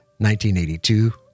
1982